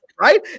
right